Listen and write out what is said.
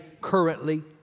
currently